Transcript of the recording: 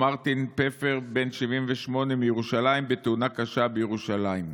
ומרטין פפר בן 78 מירושלים בתאונה קשה בירושלים.